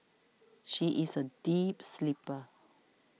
she is a deep sleeper